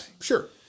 Sure